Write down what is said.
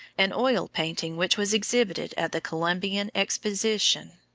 an oil painting which was exhibited at the columbian exposition.